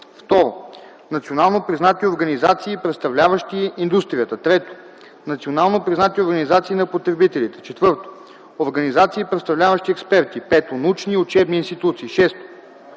2. национално признати организации, представляващи индустрията; 3. национално признати организации на потребителите; 4. организации, представляващи експерти; 5. научни и учебни институции; 6.